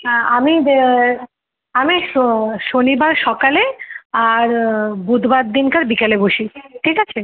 হ্যাঁ আমি বে আমি শনিবার সকালে আর বুধবার দিনকে ওই বিকালে বসি ঠিক আছে